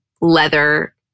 leather